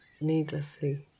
needlessly